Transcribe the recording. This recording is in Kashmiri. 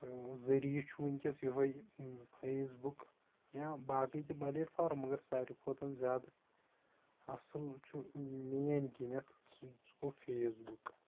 ذٔریعہٕ چھُ ونکیٚس یُہے فیس بُک یا باقٕے تہِ پَلیٹ فارم مَگر ساروے کھۄتہٕ زیادٕ اَصٕل چھُ میٲنۍ کِنیٚتھ سُہ گوٚو فیس بُک